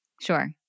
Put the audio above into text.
Sure